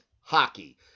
hockey